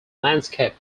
landscape